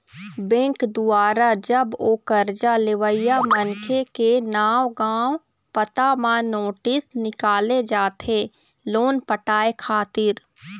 bank दुवारा जब ओ करजा लेवइया मनखे के नांव गाँव पता म नोटिस निकाले जाथे लोन पटाय खातिर